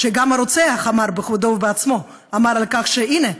גם הרוצח בכבודו ובעצמו אמר על כך: הינה,